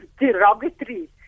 derogatory